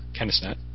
Kennisnet